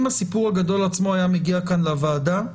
אם הסיפור הגדול עצמו היה מגיע לוועדה כאן,